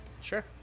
Sure